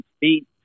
beat